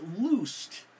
loosed